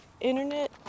internet